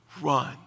Run